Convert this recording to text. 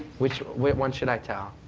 which, what one should i tell?